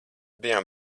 bijām